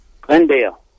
Glendale